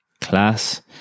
class